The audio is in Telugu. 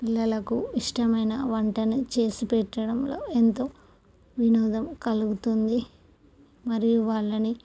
పిల్లలకు ఇష్టమైన వంటని చేసి పెట్టడంలో ఎంతో వినోదం కలుగుతుంది మరియు వాళ్ళని